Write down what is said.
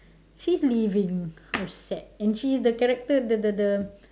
she is leaving how sad and she is the character the the the